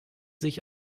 sich